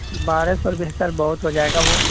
بارہ سو روپئے سر بہت ہو جائے گا وہ